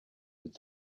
with